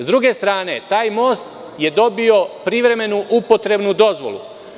S druge strane, taj most je dobio privremenu upotrebnu dozvolu.